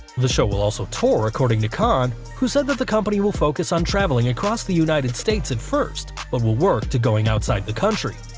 the show will also tour according to khan, who said that the company will focus on travelling across the united states at first, but will work to going outside the country.